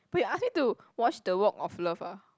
wait ask me to watch the Walk of Love ah